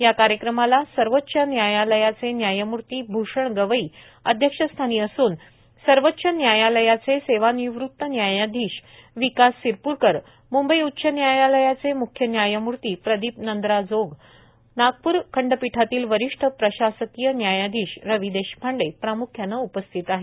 या कार्यक्रमाला सर्वोच्च न्यायालयाचे न्यायमूर्ती भूाण गवई अध्यक्षस्थानी असून सर्वोच्च न्यायालयाचे सेवानिवृत्त न्यायाधीश विकास सिरपूरकर मुंबई उच्च न्यायालयाचे मुख्य न्यायमूर्ती प्रदीप नंदराजोग नागपूर खंडपीठातील वरि ठ प्रशासकीय न्यायाधीश रवि देशपांडे प्रामुख्यानं उपस्थित आहेत